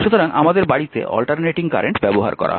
সুতরাং আমাদের বাড়িতে অল্টারনেটিং কারেন্ট ব্যবহার করা হয়